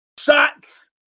shots